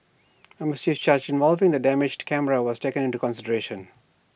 A mischief charge involving the damaged camera was taken into consideration